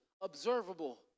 observable